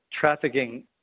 trafficking